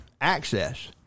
access